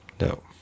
no